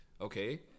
Okay